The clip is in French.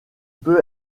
peut